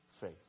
faith